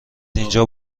اینجا